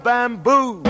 Bamboo